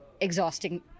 exhausting